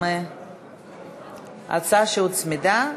הצעה שהוצמדה.